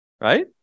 Right